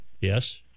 Yes